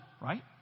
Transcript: right